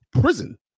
prison